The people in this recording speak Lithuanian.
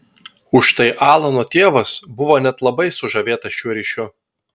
užtai alano tėvas buvo net labai sužavėtas šiuo ryšiu